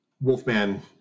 Wolfman